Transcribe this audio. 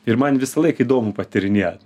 ir man visąlaik įdomu patyrinėt